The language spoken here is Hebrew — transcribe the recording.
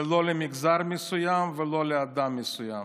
ולא למגזר מסוים ולא לאדם מסוים.